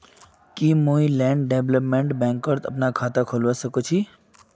की मुई land development बैंकत अपनार खाता खोलवा स ख छी?